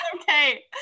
okay